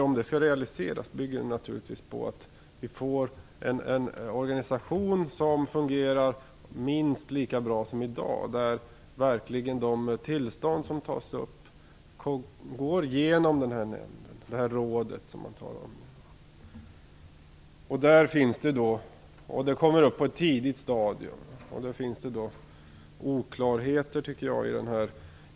Om det realiseras måste det innebära att vi får en organisation som fungerar minst lika bra som den gör i dag och att de tillståndsärenden som tas upp verkligen går genom rådet. Rådet måste komma in på ett tidigt stadium.